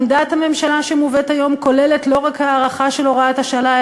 עמדת הממשלה שמובאת היום כוללת לא רק הארכה של הוראת השעה,